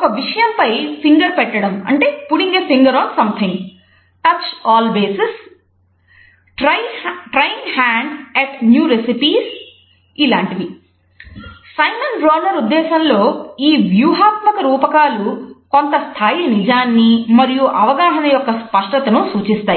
ఉద్దేశంలో ఈ వ్యూహాత్మక రూపకాలు కొంత స్థాయి నిజాన్ని మరియు అవగాహన యొక్క స్పష్టతను సూచిస్తాయి